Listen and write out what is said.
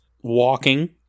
walking